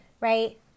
Right